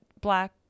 Black